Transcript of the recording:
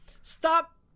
stop